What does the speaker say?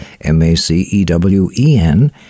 M-A-C-E-W-E-N